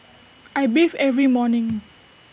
I bathe every morning